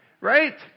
Right